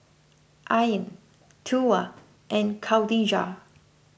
Ain Tuah and Khadija